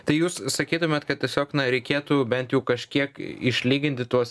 tai jūs sakytumėt kad tiesiog na reikėtų bent jau kažkiek išlyginti tuos